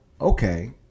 okay